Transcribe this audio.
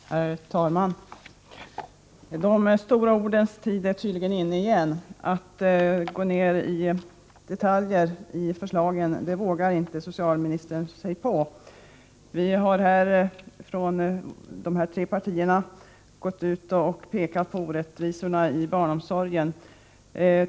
Herr talman! De stora ordens tid är tydligen inne igen — att gå in på detaljer i förslagen vågar sig socialministern inte på. Vi har pekat på orättvisorna i barnomsorgen.